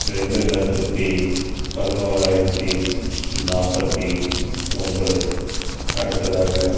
ரெண்டு லட்சத்தி பதினோராயிரத்தி நாற்பத்தி ஒன்பது அடுத்ததாக